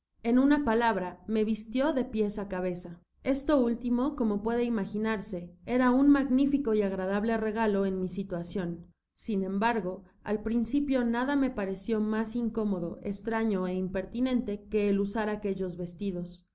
en una palabra me vistió de pies á cabeza esto último como puede imaginarse era un magnifico y agradable regalo en mi situacion sin embargo al principio nada me pareció mas incómodo estraoo é impertinente que el usar aquellos vestidos